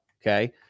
Okay